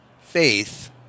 faith